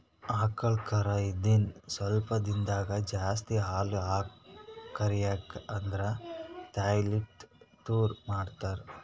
ಆಕಳ್ ಕರಾ ಇದ್ದಿದ್ ಸ್ವಲ್ಪ್ ದಿಂದಾಗೇ ಜಾಸ್ತಿ ಹಾಲ್ ಕರ್ಯಕ್ ಆದ್ರ ತಾಯಿಲಿಂತ್ ದೂರ್ ಮಾಡ್ತಾರ್